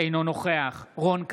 אינו נוכח רון כץ,